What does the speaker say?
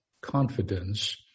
confidence